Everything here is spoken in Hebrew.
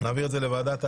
להעביר את זה לוועדת החוקה,